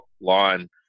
lawn